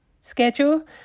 schedule